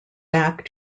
back